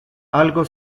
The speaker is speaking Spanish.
algo